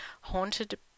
Haunted